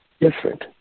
different